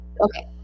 Okay